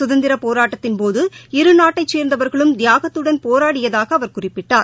சுதந்திரப் போராட்டத்தின் போது இரு நாட்டைச் சேர்ந்தவர்களும் தியாகத்துடன் போராடியதாக அவர் குறிப்பிட்டார்